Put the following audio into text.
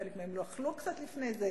חלק מהם לא אכלו קצת לפני זה,